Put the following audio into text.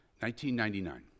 1999